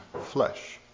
flesh